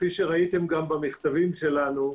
כפי שראיתם גם במכתבים שלנו,